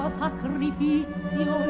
sacrificio